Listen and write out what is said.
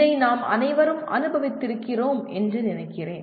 இதை நாம் அனைவரும் அனுபவித்திருக்கிறோம் என்று நினைக்கிறேன்